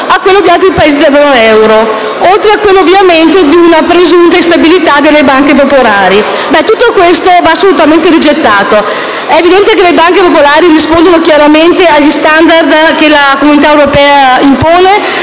a quello di altri Paesi della zona euro, oltre ovviamente ad una presunta instabilità delle banche popolari. Tutto questo va assolutamente rigettato. È evidente che le banche popolari rispondono chiaramente agli *standard* che la Comunità europea impone.